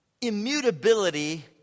Immutability